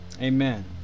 amen